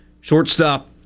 shortstop